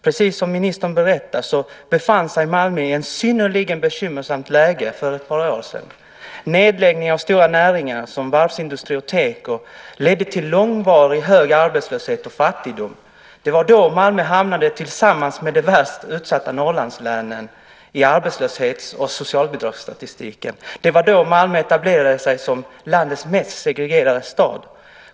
Precis som ministern berättar befann sig Malmö i ett synnerligen bekymmersamt läge för ett par år sedan. Nedläggningen inom stora näringar som varvsindustri och teko ledde till långvarig hög arbetslöshet och fattigdom. Det var då Malmö hamnade tillsammans med de värst utsatta Norrlandslänen i arbetslöshets och socialbidragsstatistiken. Det var då Malmö etablerade sig som landets mest segregerade stad.